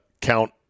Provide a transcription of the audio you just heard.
count